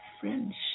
friendship